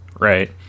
right